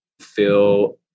feel